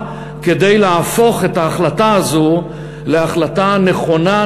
כדי להפוך את ההחלטה הזאת להחלטה נכונה,